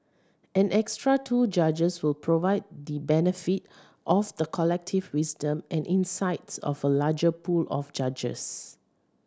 an extra two judges will provide the benefit of the collective wisdom and insights of a larger pool of judges